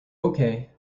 okay